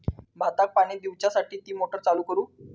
भाताक पाणी दिवच्यासाठी मी मोटर चालू करू?